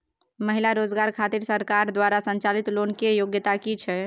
महिला रोजगार खातिर सरकार द्वारा संचालित लोन के योग्यता कि छै?